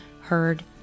heard